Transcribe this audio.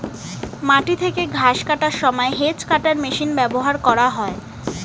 মাটি থেকে ঘাস কাটার সময় হেজ্ কাটার মেশিন ব্যবহার করা হয়